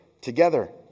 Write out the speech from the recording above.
together